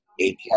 API